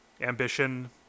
ambition